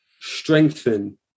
strengthen